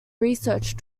research